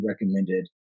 recommended